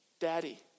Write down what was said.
Daddy